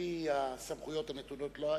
על-פי הסמכויות הנתונות לה,